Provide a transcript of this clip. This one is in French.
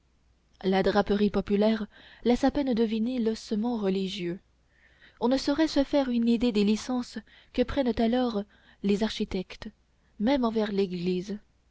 la draperie populaire laisse à peine deviner l'ossement religieux on ne saurait se faire une idée des licences que prennent alors les architectes même envers l'église